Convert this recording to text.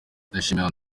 ndayishimiye